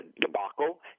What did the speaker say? debacle